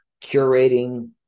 curating